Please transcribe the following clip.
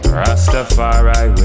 rastafari